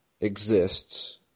exists